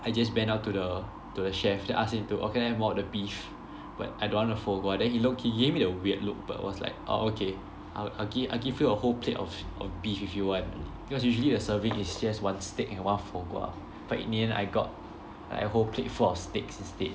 I just went up to the to the chef then ask him to okay then I have more of the beef but I don't want the foie gras then he low key he gave me the weird look but was like err okay I'll give I'll give you a whole plate of of beef if you want because usually the serving is just one steak and one foie gras but in the end I got like a whole plate full of steaks instead